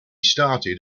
started